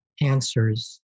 answers